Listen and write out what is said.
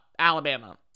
Alabama